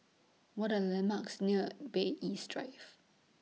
What Are The landmarks near Bay East Drive